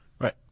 Right